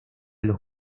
los